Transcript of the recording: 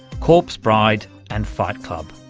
corpse bride and fight club.